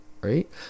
right